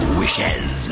wishes